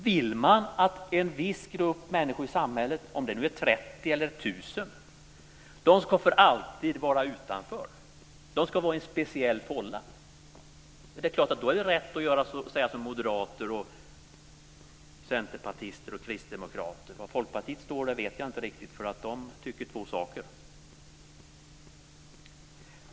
Vill man att en viss grupp människor - om det nu är 30 eller 1 000 - i samhället för alltid ska vara utanför och i en speciell fålla så är det förstås rätt att säga som moderater, centerpartister och kristdemokrater. Var folkpartisterna står vet jag inte, eftersom de tycker två saker.